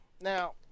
Now